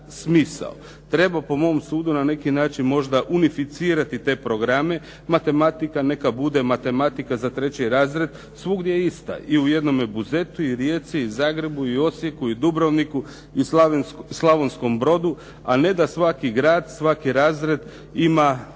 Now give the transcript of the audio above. Treba po mom sudu na neki način možda unificirati te programe, matematika neka bude matematika za treći razred svugdje ista, i u jednome Buzetu, Rijeci, Zagrebu, Osijeku, Dubrovniku i Slavonskom Brodu a ne da svaki grad, svaki razred ima